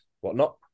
whatnot